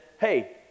hey